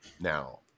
now